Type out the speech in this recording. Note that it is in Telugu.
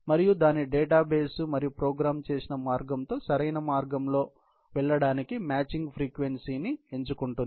మరియు దాని డేటాబేస్ మరియు ప్రోగ్రామ్ చేసిన మార్గంతో సరైన మార్గంలో వెళ్ళడానికి మాచింగ్ ఫ్రీక్వెన్సీ ని ఎంచుకొంటుంది